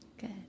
Good